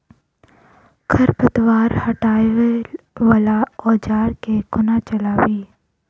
खरपतवार हटावय वला औजार केँ कोना चलाबी?